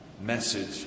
message